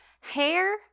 Hair